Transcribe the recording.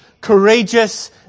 courageous